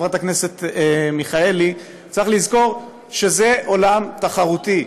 חברת הכנסת מיכאלי: צריך לזכור שזה עולם תחרותי,